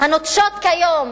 הנוטשות כיום